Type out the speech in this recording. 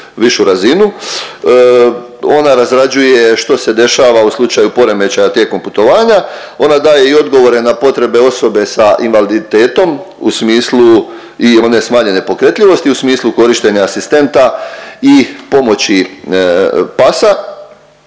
Ona razrađuje što se dešava u slučaju poremećaja tijekom putovanja. Ona daje i odgovore na potrebe osobe sa invaliditetom u smislu i one smanjenje pokretljivosti i u smislu korištenja asistenta i pomoći pasa